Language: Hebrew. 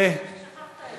לרגע חשבנו ששכחת את זה.